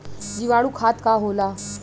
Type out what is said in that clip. जीवाणु खाद का होला?